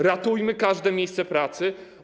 Ratujmy każde miejsce pracy.